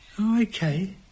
okay